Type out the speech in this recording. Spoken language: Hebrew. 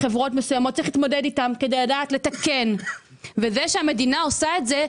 וצריך להתמודד איתם כדי לדעת לתקן את המצב.